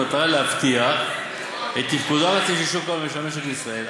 במטרה להבטיח את תפקודו הרציף של שוק ההון ושל המשק בישראל.